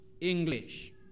English